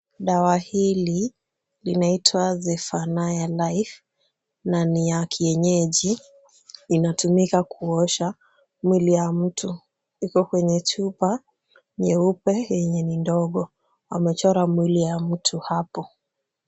Dawa hili linaitwa zephanaya life na ni ya kienyeji inatumika kuosha mwili ya mtu. Ipo kwenye chupa nyeupe yenye ni ndogo pamechorwa mwili ya mtu hapo.